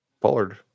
Pollard